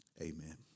Amen